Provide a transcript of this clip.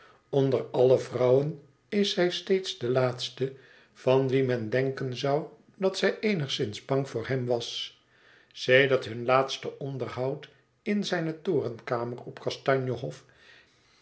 onder alle vrouwen is zij steeds de laatste van wie men denken zou dat zij eenigszins bang voor hem was sedert hun laatste onderhoud in zijne torenkamer op kastanje hof